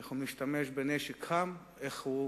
איך הוא משתמש בנשק חם, איך הוא